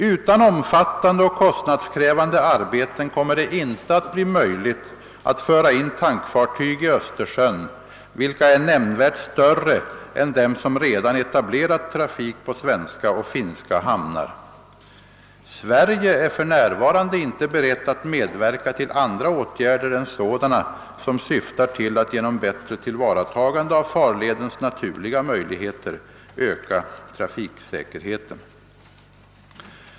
Utan omfattande och kostnadskrävande arbeten kommer det inte att bli möjligt att föra in tankfartyg i Östersjön vilka är nämnvärt större än de som redan etablerat trafik på svenska och finska hamnar. Sverige är för närvarande inte berett att medverka till andra åtgärder än sådana som syftar till att genom bättre tillvaratagande av farledens naturliga möjligheter öka trafiksäkerheten.